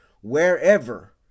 wherever